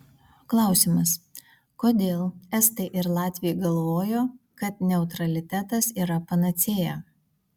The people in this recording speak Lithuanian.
klausimas kodėl estai ir latviai galvojo kad neutralitetas yra panacėja